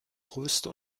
größte